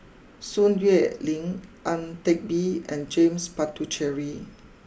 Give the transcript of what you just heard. Sun Xueling Ang Teck Bee and James Puthucheary